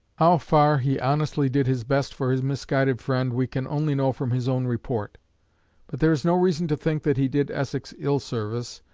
how far he honestly did his best for his misguided friend we can only know from his own report but there is no reason to think that he did essex ill service,